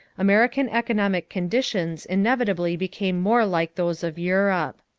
american economic conditions inevitably became more like those of europe.